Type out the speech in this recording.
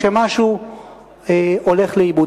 שמשהו הולך לאיבוד,